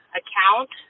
account